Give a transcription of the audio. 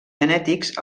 genètics